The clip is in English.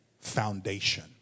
foundation